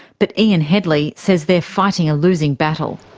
but ian hedley says they're fighting a losing battle.